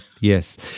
Yes